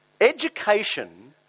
Education